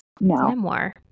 memoir